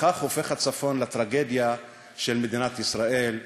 כך הופך הצפון לטרגדיה של מדינת ישראל,